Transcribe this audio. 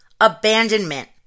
abandonment